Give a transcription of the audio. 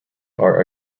are